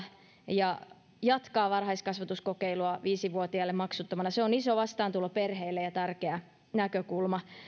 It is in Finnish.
ja jatkaa varhaiskasvatuskokeilua viisi vuotiaille maksuttomana se on iso vastaantulo perheille ja tärkeä näkökulma